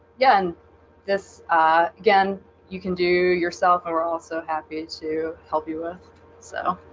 yeah, and this again you can do yourself. we're also happy to help you with so